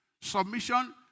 Submission